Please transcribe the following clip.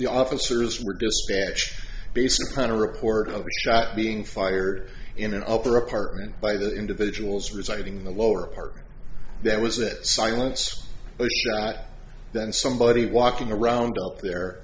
the officers were dispatched based upon a report of shots being fired in an upper apartment by the individuals reciting the lower part that was it silence that then somebody walking around up there